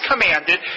commanded